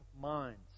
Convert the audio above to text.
minds